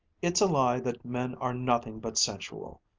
it's a lie that men are nothing but sensual!